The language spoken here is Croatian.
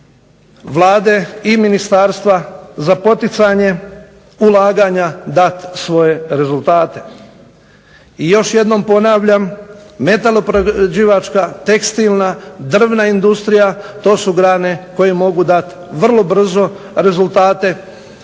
Vlade i Ministarstva za poticanje ulaganja dati svoje rezultate. I još jednom ponavljam metaloprerađivačka, tekstilna, drvna industrija to su grane koje mogu vrlo brzo dati rezultate